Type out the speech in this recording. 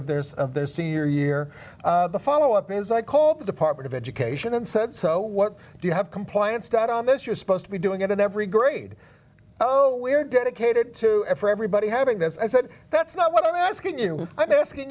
of theirs of their senior year the follow up is i called the department of education and said so what do you have compliance thought on this you're supposed to be doing it every grade oh we're dedicated to it for everybody having this i said that's not what i'm asking you i'm asking